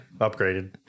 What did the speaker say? upgraded